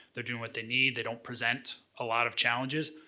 they're doing what they need, they don't present a lot of challenges.